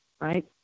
right